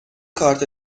کارت